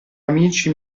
amici